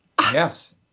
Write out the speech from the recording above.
yes